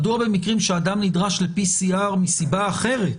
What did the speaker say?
מדוע במקרים שאדם נדרש ל-PCR מסיבה אחרת,